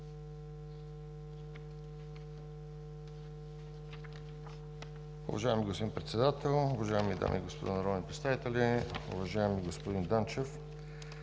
Уважаеми господин Председател, уважаеми дами и господа народни представители! Уважаеми господин Данчев,